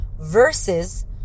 versus